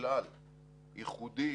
כלל ייחודי,